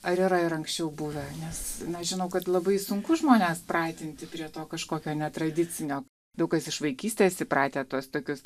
ar yra ir anksčiau buvę nes žinau kad labai sunku žmones pratinti prie to kažkokio netradicinio daug kas iš vaikystės įpratę tuos tokius